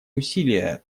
усилия